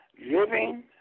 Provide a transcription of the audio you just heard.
living